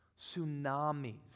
Tsunamis